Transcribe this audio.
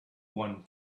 one